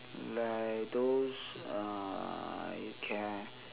like those uh you can